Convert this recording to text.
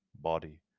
body